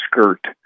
skirt